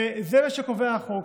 זה מה שקובע החוק.